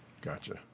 Gotcha